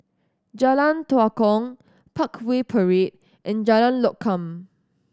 Jalan Tua Kong Parkway Parade and Jalan Lokam